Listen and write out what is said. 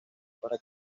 para